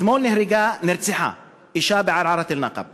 אתמול נרצחה אישה בערערת-אלנגב,